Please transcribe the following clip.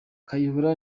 kayihura